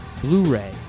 Blu-ray